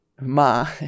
ma